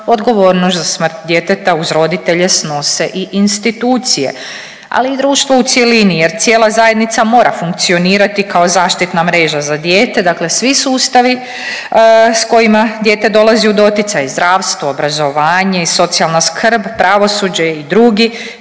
odgovornost za smrt djeteta uz roditelje snose i institucije, ali i društvo u cjelini jer cijela zajednica mora funkcionirati kao zaštitna mreža za dijete, dakle svi sustavi s kojima dijete dolazi u doticaj, zdravstvo, obrazovanje i socijalna skrb, pravosuđe i drugi